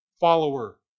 follower